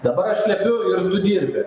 dabar aš liepiu ir tu dirbi